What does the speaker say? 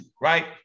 right